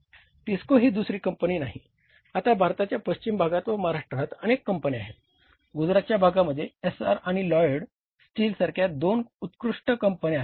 टिस्को ही दुसरी कंपनी नाही आता भारताच्या पश्चिम भागात व महाराष्ट्रात अनेक कंपन्या आहेत गुजरातच्या भागामध्ये एसआर आणि लॉयड स्टील्स सारख्या दोन उत्कृष्ट कंपन्या आहेत